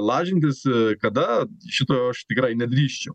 lažintis kada šito aš tikrai nedrįsčiau